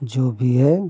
जो भी है